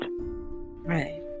Right